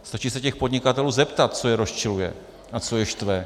Stačí se těch podnikatelů zeptat, co je rozčiluje a co je štve.